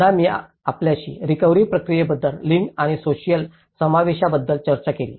पुन्हा मी आपल्याशी रिकव्हरी प्रक्रियेमध्ये लिंग आणि सोसिअल समावेशाबद्दल चर्चा केली